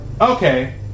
Okay